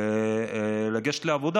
ולגשת לעבודה.